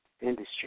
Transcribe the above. industry